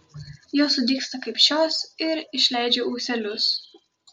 jos sudygsta kaip šios ir išleidžia ūselius